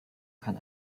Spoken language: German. kann